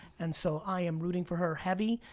and so i am rooting for her heavy.